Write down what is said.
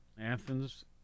Athens